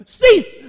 cease